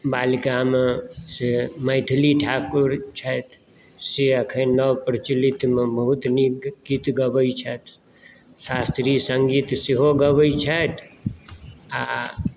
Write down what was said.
बालिकामे से मैथिली ठाकुर छथि से एखनि नव प्रचलित मे बहुत गीत गबै छथि शास्त्रीय संगीत सेहो गबै छथि आ